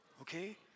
Okay